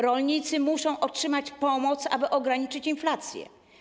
Rolnicy muszą otrzymać pomoc, aby ograniczyć inflację.